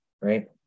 right